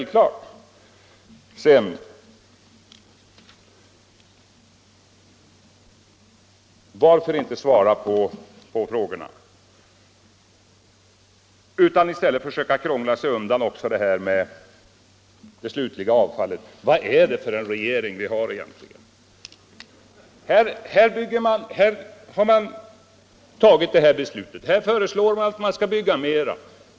Varför inte svara på mina frågor i stället för att försöka krångla sig undan också detta med det slutliga avfallet? Här har man tagit ett beslut att bygga ut kärnkraften och nu föreslår man att bygga ut mera.